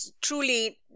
truly